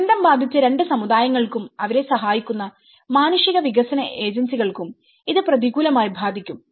ദുരന്തം ബാധിച്ച രണ്ട് സമുദായങ്ങൾക്കും അവരെ സഹായിക്കുന്ന മാനുഷിക വികസന ഏജൻസികൾക്കും ഇത് പ്രതികൂലമായി ബാധിക്കും